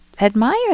admire